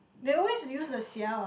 they always use the sia what